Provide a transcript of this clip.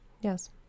Yes